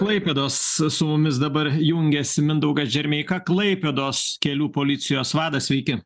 klaipėdos su mumis dabar jungiasi mindaugas džermeika klaipėdos kelių policijos vadas sveiki